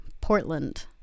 Portland